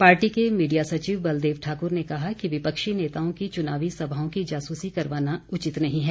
party के media सचिव बलदेव ठाकुर ने कहा कि विपक्षी नेताओं की चुनावी सभाओं की जासूसी करवाना उचित नहीं है